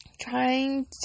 trying